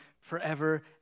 forever